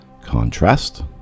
contrast